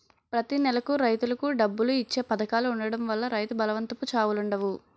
ప్రతి నెలకు రైతులకు డబ్బులు ఇచ్చే పధకాలు ఉండడం వల్ల రైతు బలవంతపు చావులుండవు